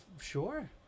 Sure